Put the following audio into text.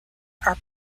are